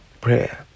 prayer